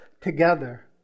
together